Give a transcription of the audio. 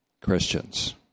Christians